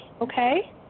okay